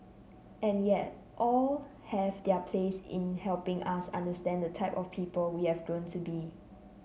and yet all have their place in helping us understand the type of person we have grown to be